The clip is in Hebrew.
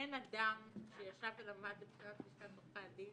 אין אדם שישב ולמד לבחינת לשכת עורכי הדין